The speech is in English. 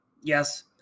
yes